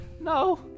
No